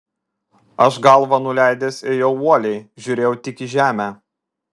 aš galvą nuleidęs ėjau uoliai žiūrėjau tik į žemę